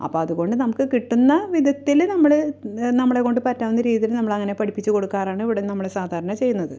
അപ്പോൾ അതുകൊണ്ട് നമുക്ക് കിട്ടുന്ന വിധത്തിൽ നമ്മൾ നമ്മളെ കൊണ്ട് പറ്റാവുന്ന രീതിയിൽ നമ്മൾ അങ്ങനെ പഠിപ്പിച്ച് കൊടുക്കാറാണ് ഇവിടെ നമ്മൾ സാധാരണ ചെയ്യുന്നത്